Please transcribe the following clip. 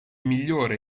migliore